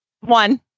One